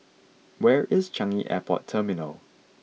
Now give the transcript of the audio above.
where is Changi Airport Terminal